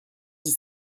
dix